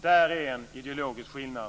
Det är en ideologisk skillnad.